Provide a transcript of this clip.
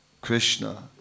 Krishna